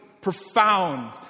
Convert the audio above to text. profound